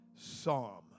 Psalm